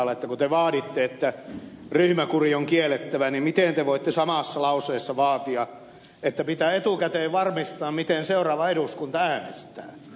kun te vaaditte että ryhmäkuri on kiellettävä niin miten te voitte samassa lauseessa vaatia että pitää etukäteen varmistaa miten seuraava eduskunta äänestää